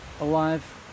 alive